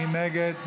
מי נגד?